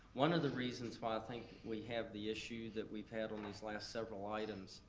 one of the reasons why i think we have the issue that we've had on these last several items,